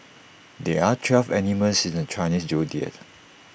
there are twelve animals in the Chinese Zodiac